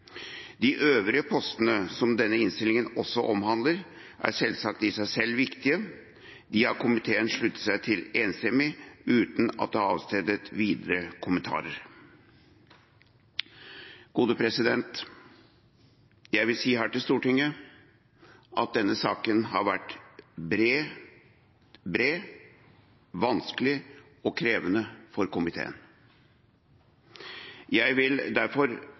De øvrige postene som denne innstillingen også omhandler, er selvsagt i seg selv viktige. Dem har komiteen sluttet seg til enstemmig, uten at det har avstedkommet videre kommentarer. Jeg vil si her til Stortinget at denne saken har vært bred, vanskelig og krevende for komiteen. Jeg vil derfor